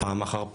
פעם אחר פעם?